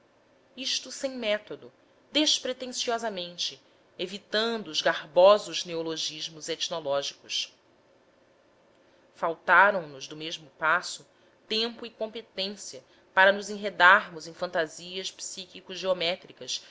isto sem método despretensiosamente evitando os garbosos neologismos etnológicos faltaram nos do mesmo passo tempo e competência para nos enredarmos em fantasias